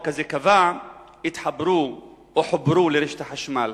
הזה קבע התחברו או חוברו לרשת החשמל.